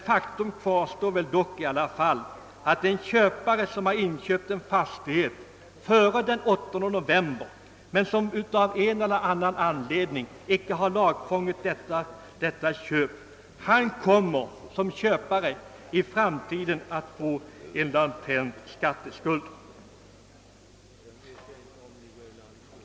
Faktum kvarstår i alla fall, att en köpare som har inköpt en fastighet före den 8 november i år men som av en eller annan anledning icke har lagfarit detta köp kommer att såsom köpare i framtiden få en latent skatteskuld.